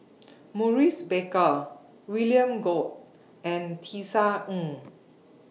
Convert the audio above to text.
Maurice Baker William Goode and Tisa Ng